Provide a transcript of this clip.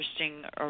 interesting